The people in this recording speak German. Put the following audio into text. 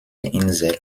insel